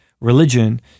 religion